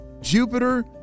Jupiter